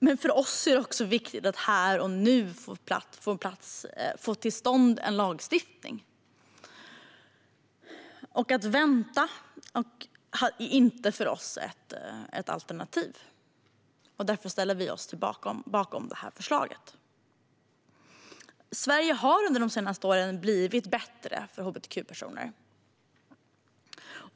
Men för oss är det också viktigt att här och nu få till stånd en lagstiftning. Att vänta är inte ett alternativ för oss. Därför ställer vi oss bakom det här förslaget. Sverige har under de senaste åren blivit bättre för hbtq-personer.